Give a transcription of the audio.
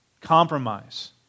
Compromise